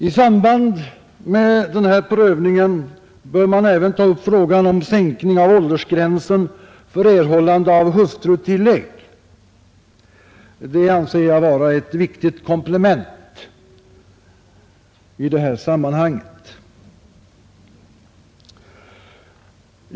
I samband med den här prövningen bör man även ta upp frågan om sänkning av åldersgränsen för erhållande av hustrutillägg. Det anser jag vara ett viktigt komplement i detta sammanhang.